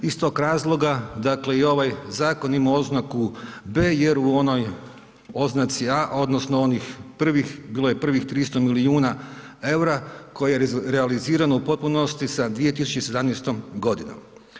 Iz tog razloga, dakle, i ovaj zakon ima oznaku B jer u onoj oznaci A odnosno onih prvih, bilo je prvih 300 milijuna eura, koje je realizirano u potpunosti sa 2017. godinom.